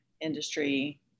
industry